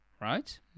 right